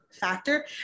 factor